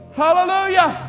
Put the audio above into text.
hallelujah